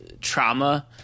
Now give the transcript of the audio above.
trauma